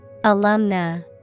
Alumna